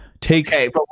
take